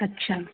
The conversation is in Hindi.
अच्छा